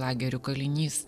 lagerių kalinys